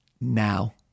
Now